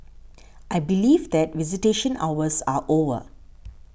I believe that visitation hours are over